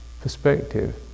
perspective